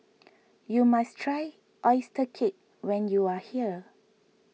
you must try Oyster Cake when you are here